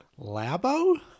labo